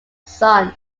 son